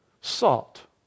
Salt